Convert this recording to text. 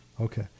okay